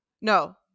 No